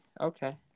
okay